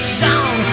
song